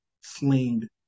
slain